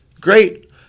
great